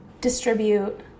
distribute